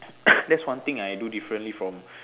that's one thing I do differently from